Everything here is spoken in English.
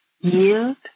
yield